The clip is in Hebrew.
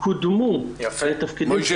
קודמו לתפקידים --- יפה.